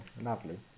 lovely